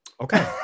Okay